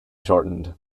shortened